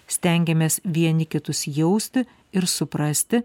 stengiamės vieni kitus jausti ir suprasti